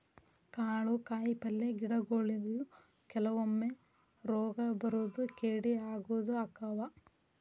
ಕಾಳು ಕಾಯಿಪಲ್ಲೆ ಗಿಡಗೊಳಿಗು ಕೆಲವೊಮ್ಮೆ ರೋಗಾ ಬರುದು ಕೇಡಿ ಆಗುದು ಅಕ್ಕಾವ